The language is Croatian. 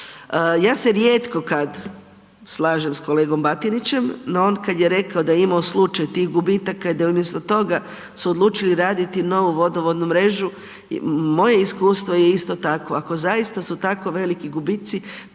Ja se rijetko kad slažem s kolegom Batinićem, no on kad je rekao da je imao slučaj tih gubitaka, da je umjesto toga se odlučio i raditi novu vodovodnu mrežu, moje iskustvo je isto takvo, ako zaista su tako veliki gubici,